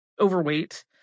overweight